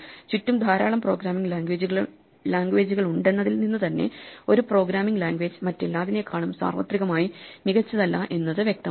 ചുറ്റും ധാരാളം പ്രോഗ്രാമിംഗ് ലാംഗ്വേജുകളുണ്ടെന്നതിൽ നിന്ന് തന്നെ ഒരു പ്രോഗ്രാമിംഗ് ലാംഗ്വേജ് മറ്റെല്ലാതിനേക്കാളും സാർവത്രികമായി മികച്ചതല്ല എന്നത് വ്യക്തമാണ്